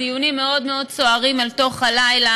דיונים מאוד מאוד סוערים אל תוך הלילה,